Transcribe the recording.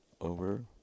over